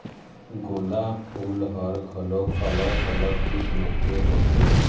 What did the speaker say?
गोंदा फूल ह घलोक अलग अलग किसम के होथे